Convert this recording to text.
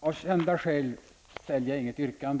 Av kända skäl ställer jag inget yrkande.